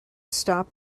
stop